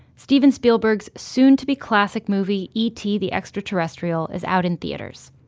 steven spielberg's soon-to-be classic movie, e t. the extra-terrestrial is out in theaters.